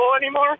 anymore